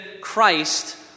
Christ